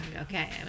Okay